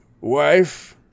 wife